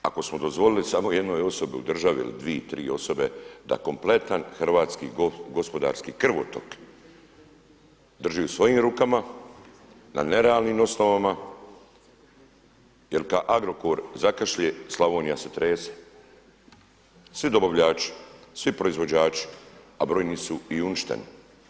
Ako smo dozvolili samo jednoj osobi u državi ili dvije, tri osobe da kompletan hrvatski gospodarski krvotok drži u svojim rukama, na ne realnim osnovama jer kada Agrokor zakašlje Slavonija se trese, svi dobavljači, svi proizvođači, a brojni su i uništeni.